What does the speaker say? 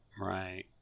right